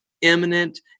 imminent